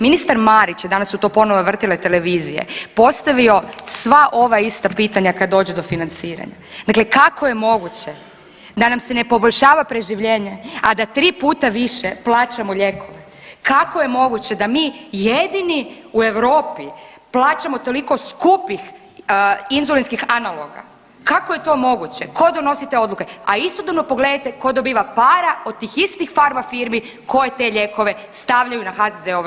Ministar Marić je, danas su to ponovo vrtile televizije, postavio sva ova ista pitanja kad dođe do financiranja, dakle kako je moguće da nam se ne poboljšava preživljenje, a da tri puta više plaćamo lijekove, kako je moguće da mi jedini u Europi plaćamo toliko skupih inzulinskih analoga, kako je to moguće, ko donosi te odluke, a istodobno pogledajte ko dobiva para od tih istih pharma firmi koje te lijekove stavljaju na HZZO-ove liste.